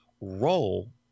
role